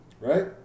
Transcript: Right